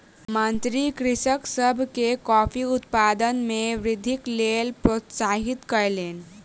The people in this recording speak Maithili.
मंत्री कृषक सभ के कॉफ़ी उत्पादन मे वृद्धिक लेल प्रोत्साहित कयलैन